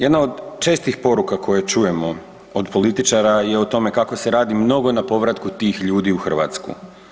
Jedna od čestih poruka koje čujemo od političara je o tome kako se radi mnogo na povratku tih ljudi u Hrvatsku.